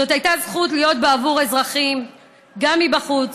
זאת הייתה זכות להיות בעבור האזרחים גם מבחוץ,